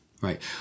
right